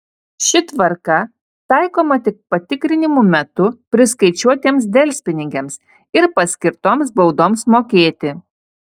ši tvarka taikoma tik patikrinimų metu priskaičiuotiems delspinigiams ir paskirtoms baudoms mokėti